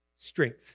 Strength